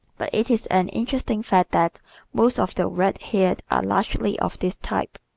but it is an interesting fact that most of the red-haired are largely of this type.